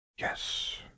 Yes